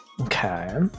Okay